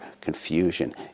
confusion